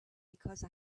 because